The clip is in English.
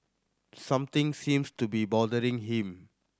something seems to be bothering him